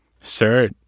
Sir